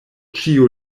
ĉiu